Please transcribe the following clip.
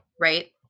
Right